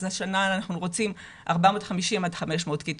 אז השנה אנחנו רוצים 450 עד 500 כיתות.